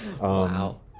Wow